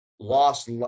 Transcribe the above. lost